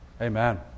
amen